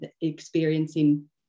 experiencing